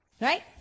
right